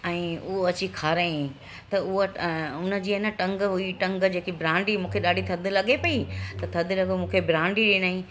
ऐं उ अची खाराई त उअ अ उन जी आए न टंग हुइ टंग जेकी ब्रांडी मूंखे ॾाढी थदि लॻे पई त थदि लॻो मूंखे ब्रांडी ॾिनई